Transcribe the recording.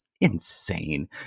insane